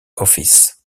office